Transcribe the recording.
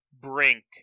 Brink